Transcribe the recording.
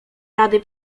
rady